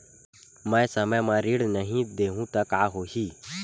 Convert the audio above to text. मैं समय म ऋण नहीं देहु त का होही